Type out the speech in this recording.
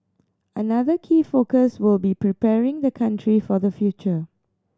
another key focus will be preparing the country for the future